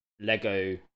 lego